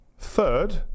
Third